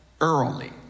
early